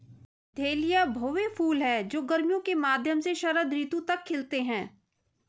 dahlia भव्य फूल हैं जो गर्मियों के मध्य से शरद ऋतु तक खिलते हैं